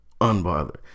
Unbothered